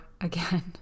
again